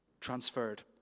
transferred